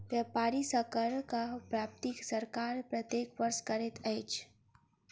व्यापारी सॅ करक प्राप्ति सरकार प्रत्येक वर्ष करैत अछि